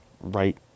right